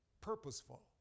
purposeful